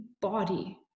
body